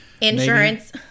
Insurance